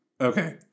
Okay